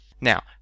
Now